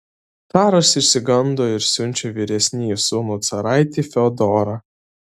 caras išsigando ir siunčia vyresnįjį sūnų caraitį fiodorą